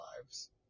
lives